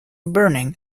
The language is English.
burning